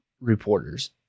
reporters